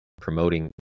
promoting